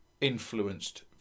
influenced